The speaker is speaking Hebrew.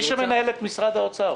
מי שקובע ומנהל את משרד האוצר